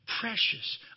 precious